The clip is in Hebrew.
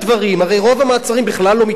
הרי רוב המעצרים בכלל לא מתפרסמים.